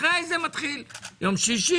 אחרי זה מתחילים ביום שישי.